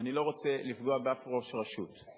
ואני לא רוצה לפגוע בשום ראש רשות;